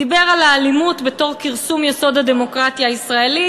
דיבר על האלימות בתור כרסום יסוד הדמוקרטיה הישראלית.